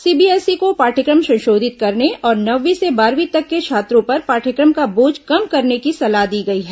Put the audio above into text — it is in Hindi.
सीबीएसई को पाठ्यक्रम संशोधित करने और नौवीं से बारहवीं तक के छात्रों पर पाठ्यक्रम का बोझ कम करने की सलाह दी गई है